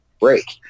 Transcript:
break